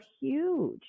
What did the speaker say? huge